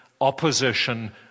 opposition